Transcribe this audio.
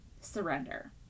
surrender